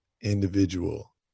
individual